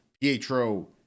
Pietro